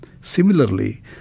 Similarly